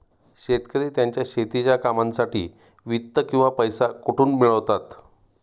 शेतकरी त्यांच्या शेतीच्या कामांसाठी वित्त किंवा पैसा कुठून मिळवतात?